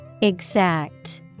Exact